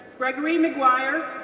gregory maguire,